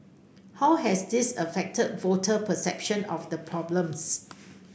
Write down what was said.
how has this affected voter perception of the problems